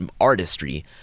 artistry